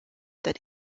that